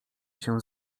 się